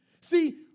See